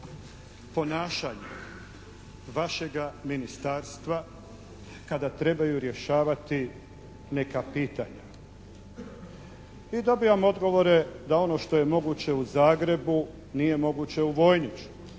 ponašanjima vašega ministarstva kada trebaju rješavati neka pitanja. Mi dobivamo odgovore da ono što je moguće u Zagrebu nije moguće u Vojniću,